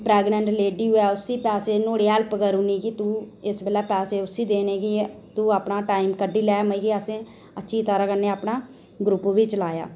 कोई pregnant lady होऐ उसी नुहाड़ी हैल्प करी ओड़नी ते इस बेल्लै पैसे उसी देई ओड़ने तूं अपना टाईम कड्ढी लै अच्छी तरह कन्नै अपना ग्रुप बी लाया